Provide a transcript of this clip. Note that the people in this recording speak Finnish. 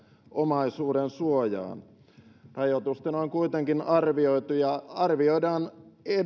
omaisuudensuojaan rajoitusten on kuitenkin arvioitu ja arvioidaan